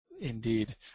indeed